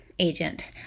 agent